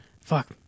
Fuck